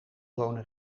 wonen